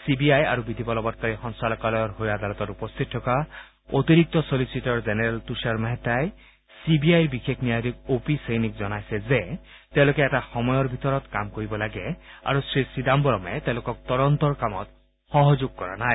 C B I আৰু বিধিবলবংকাৰী সঞ্চালকালয়ৰ হৈ আদালতত উপস্থিত থকা অতিৰিক্ত চলিচিটৰ জেনেৰেল টূষাৰ মেহ্তাই চি বি আইৰ বিশেষ ন্যায়াধীশ অ পি চেইনিক জনাই যে তেওঁলোকে এটা সময়ৰ ভিতৰত কাম কৰিব লাগে আৰু শ্ৰী চিদাম্বৰমে তেওঁলোকক তদন্তৰ কামত সহযোগ কৰা নাই